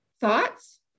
thoughts